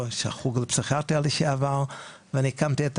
ראש החוג לפסיכיאטריה לשעבר ואני הקמתי את